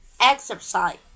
exercise